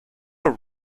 are